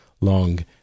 long